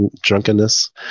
drunkenness